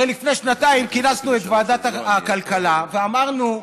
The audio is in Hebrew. הרי לפני שנתיים כינסנו את ועדת הכלכלה ואמרנו,